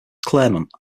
claremont